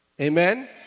Amen